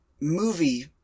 movie